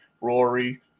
Rory